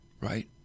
right